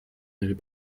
n’avez